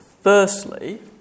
Firstly